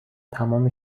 تمام